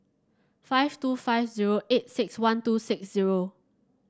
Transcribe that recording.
five two five zero eight six one two six zero